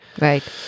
Right